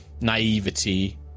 naivety